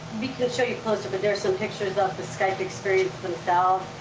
we can show you closer, but there's some pictures of the skype experiences themselves.